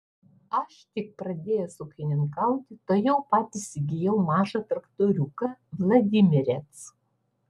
aš tik pradėjęs ūkininkauti tuojau pat įsigijau mažą traktoriuką vladimirec